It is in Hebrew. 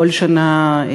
בכל שנה,